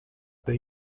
they